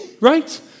right